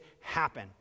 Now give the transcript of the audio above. happen